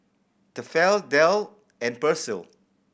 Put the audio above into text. Tefal Dell and Persil